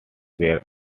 were